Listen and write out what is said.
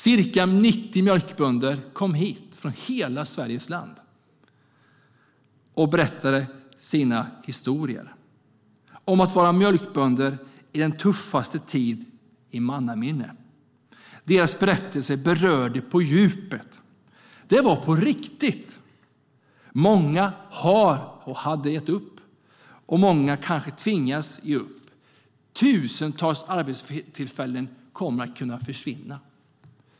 Ca 90 mjölkbönder kom hit från hela Sveriges land och berättade sina historier om att vara mjölkbönder i den tuffaste tiden i mannaminne. Deras berättelser berörde på djupet. Det var på riktigt. Många hade redan gett upp, och många kanske tvingas ge upp. Tusentals arbetstillfällen kommer att kunna försvinna.